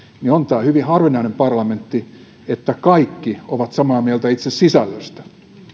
niin on tämä hyvin harvinainen parlamentti siinä että kaikki ovat samaa mieltä itse sisällöstä